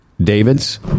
David's